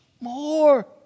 more